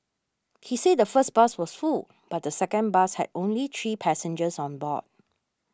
he said the first bus was full but the second bus had only three passengers on board